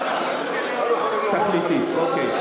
תכליתית, אוקיי.